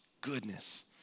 goodness